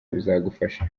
bizagufasha